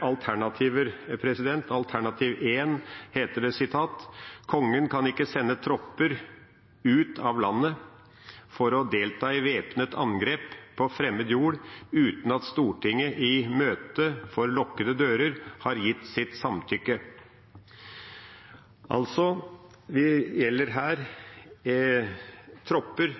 alternativer. Alternativ 1 lyder: «Kongen kan ikke sende tropper ut av landet for å delta i væpnet angrep på fremmed jord uten at Stortinget i møte for lukkede dører har gitt sitt samtykke.» Dette gjelder altså tropper